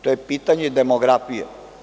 To je pitanje demografije.